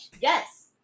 yes